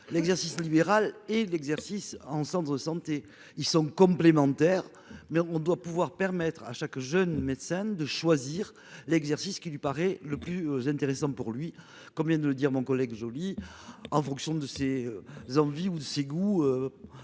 l'exercice libéral et de l'exercice en cendres santé ils sont complémentaires. Mais on doit pouvoir permettre à chaque jeune médecin de choisir l'exercice qui lui paraît le plus intéressant pour lui, comme vient de le dire mon collègue joli en fonction de ses. Envies ou ses goûts.